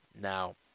now